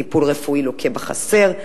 טיפול רפואי לוקה בחסר,